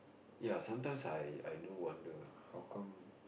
ya sometimes I I do wonder how come